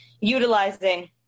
utilizing